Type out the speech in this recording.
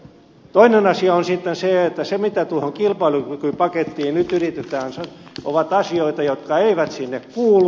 toinen asia on sitten se että se mitä tuohon kilpailukykypakettiin nyt yritetään saada ovat asioita jotka eivät sinne kuulu